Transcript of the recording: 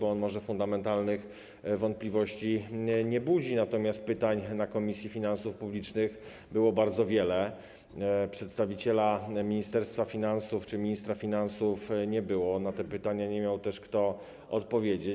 On może fundamentalnych wątpliwości nie budzi, natomiast pytań na posiedzeniu Komisji Finansów Publicznych było bardzo wiele, przedstawiciela Ministerstwa Finansów czy ministra finansów nie było, na te pytania nie miał kto odpowiedzieć.